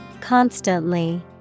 Constantly